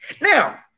Now